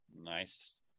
Nice